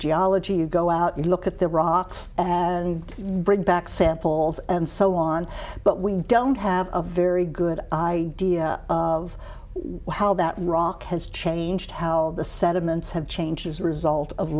geology you go out and look at the rocks and bring back samples and so on but we don't have a very good idea of what how that rock has changed how the sediments have changed as a result of